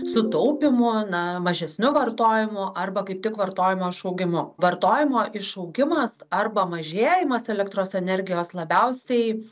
sutaupymu na mažesniu vartojimu arba kaip tik vartojimo išaugimu vartojimo išaugimas arba mažėjimas elektros energijos labiausiai